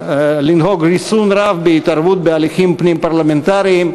"לנהוג ריסון רב בהתערבות בהליכים פנים-פרלמנטריים".